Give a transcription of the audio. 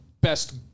best